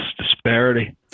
disparity